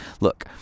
Look